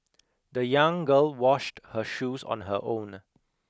the young girl washed her shoes on her own